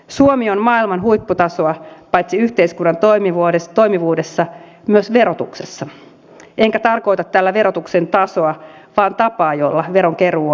suomi on maailman huipputasoa paitsi yhteiskunnan toimivuudessa myös verotuksessa enkä tarkoita tällä verotuksen tasoa vaan tapaa jolla veron keruu on järjestetty